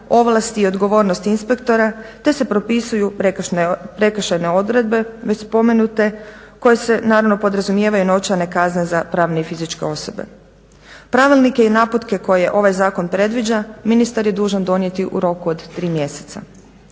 ovlasti i odgovornosti inspektora te se propisuju prekršajne odredbe već spomenute, koje se naravno podrazumijevaju novčane kazne za pravne i fizičke osobe. Pravilnike i naputke koje ovaj zakon predviđa ministar je dužan donijeti u roku od 3 mjeseca.